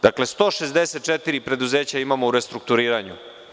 Dakle, 164 preduzeća imamo u restrukturiranju.